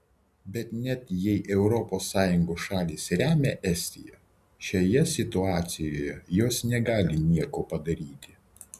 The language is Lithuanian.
bet net jei europos sąjungos šalys remia estiją šioje situacijoje jos negali nieko padaryti